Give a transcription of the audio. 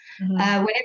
Whenever